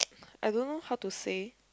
I don't know how to say